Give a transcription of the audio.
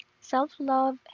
Self-love